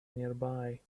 nearby